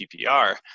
PPR